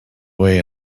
way